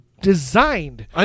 designed